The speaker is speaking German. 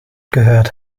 gehört